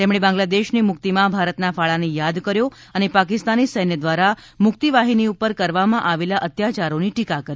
તેમણે બાંગ્લાદેશની મુકિતમાં ભારતના ફાળાને યાદ કર્યો અને પાકિસ્તાની સૈન્ય ધ્વારા મુકિતવાહીની પર કરવામાં આવેલા અત્યાચારોની ટીકા કરી